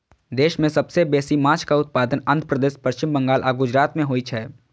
देश मे सबसं बेसी माछक उत्पादन आंध्र प्रदेश, पश्चिम बंगाल आ गुजरात मे होइ छै